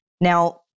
Now